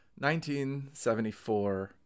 1974